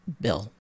bill